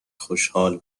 خوشحال